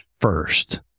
first